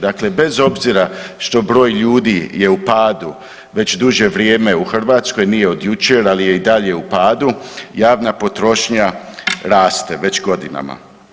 Dakle, bez obzira što broj ljudi je u padu već duže vrijeme u Hrvatskoj, nije od jučer, ali je i dalje u padu, javna potrošnja raste već godinama.